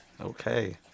okay